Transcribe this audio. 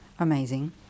Amazing